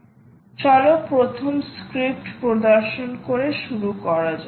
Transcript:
সুতরাং চলো প্রথম স্ক্রিপ্ট প্রদর্শন করে শুরু করা যাক